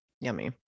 Yummy